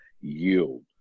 yield